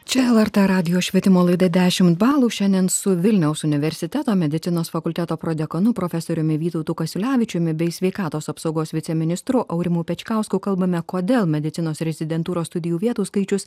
čia lrt radijo švietimo laida dešimt balų šiandien su vilniaus universiteto medicinos fakulteto prodekanu profesoriumi vytautu kasiulevičiumi bei sveikatos apsaugos viceministru aurimu pečkausku kalbame kodėl medicinos rezidentūros studijų vietų skaičius